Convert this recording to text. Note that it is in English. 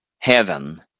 Heaven